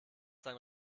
sein